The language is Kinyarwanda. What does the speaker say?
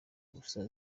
ubusa